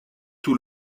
tout